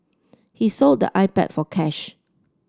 he sold the iPad for cash